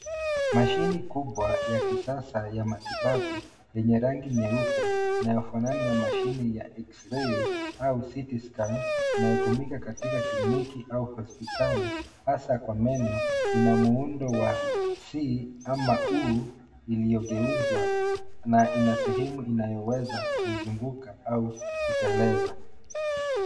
Mashini kubwa ya kisasa ya matibabu yenye rangi nyeupe inayofanana na mashini ya x-ray au CT scan yanayotumika katika kliniki au hospitali hasa kwa meno ina muundo wa C ama U iliyogeuzwa na ina sehemu inayoweza kuzunguka au kuteleza.